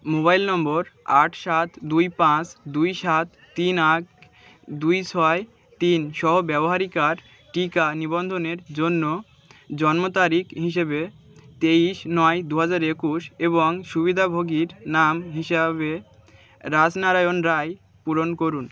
mobile number আট সাত দুই পাঁচ দুই সাত তিন এক দুই ছয় তিন সহ ব্যবহারীকার টিকা নিবন্ধনের জন্য জন্ম তারিখ হিসেবে তেইশ নয় দু হাজার একুশ এবং সুবিধাভোগীর নাম হিসাবে রাজনারায়ণ রায় পূরণ করুন